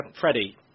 Freddie